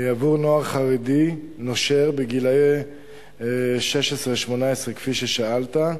עבור נוער חרדי נושר בגילים 16 18, כפי ששאלת,